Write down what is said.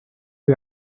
you